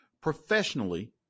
professionally